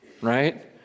right